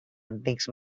antics